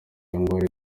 ngwara